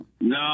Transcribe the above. No